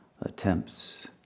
attempts